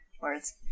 words